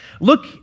Look